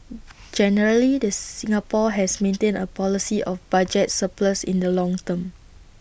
generally the Singapore has maintained A policy of budget surplus in the long term